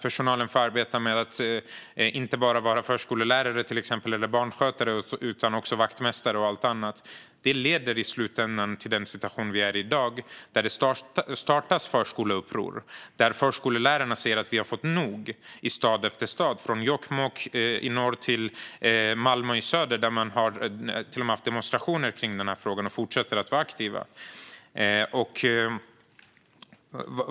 Personalen får arbeta med att vara inte bara förskollärare eller barnskötare utan också vaktmästare och allt annat. Detta leder i slutändan till den situation som råder i dag. Det startas förskoleuppror. Förskollärarna har fått nog, i stad efter stad, från Jokkmokk i norr till Malmö i söder, där man till och med har haft demonstrationer i frågan och fortsätter att vara aktiv.